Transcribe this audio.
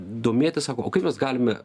domėtis sako o kaip mes galime